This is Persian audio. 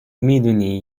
میدونی